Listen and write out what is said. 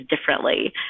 differently